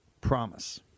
promise